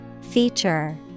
Feature